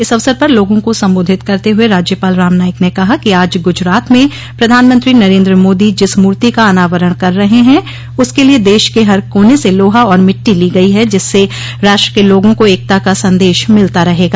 इस अवसर पर लोगों को संबोधित करते हुए राज्यपाल राम नाईक न कहा कि आज गुजरात में प्रधानमंत्री नरेन्द्र मोदी जिस मूर्ति का अनावरण कर रहे हैं उसके लिए देश के हर कोने से लोहा और मिट्टी ली गई है जिससे राष्ट्र के लोगों को एकता का संदेश मिलता रहेगा